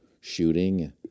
shooting